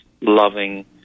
loving